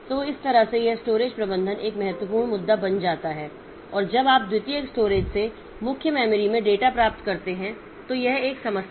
तो इस तरह यह स्टोरेज प्रबंधन एक महत्वपूर्ण मुद्दा बन जाता है और जब आप द्वितीयक स्टोरेज से मुख्य मेमोरी में डेटा प्राप्त करते हैं तो यह एक समस्या है